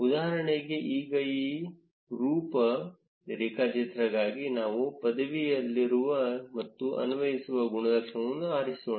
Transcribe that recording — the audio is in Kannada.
ಉದಾಹರಣೆಗೆ ಈಗ ಈ ಉಪ ರೇಖಾಚಿತ್ರಗಾಗಿ ನಾವು ಪದವಿಯಲ್ಲಿರುವ ಮತ್ತು ಅನ್ವಯಿಸುವ ಗುಣಲಕ್ಷಣವನ್ನು ಆರಿಸಿಕೊಳ್ಳೋಣ